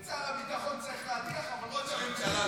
את שר הביטחון צריך להדיח, אבל את ראש הממשלה לא.